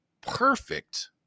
perfect